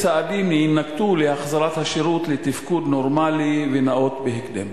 צעדים יינקטו להחזרת השירות לתפקוד נורמלי ונאות בהקדם?